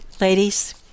Ladies